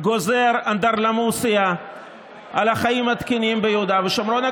גוזר אנדרלמוסיה על החיים התקינים ביהודה ושומרון.